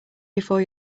before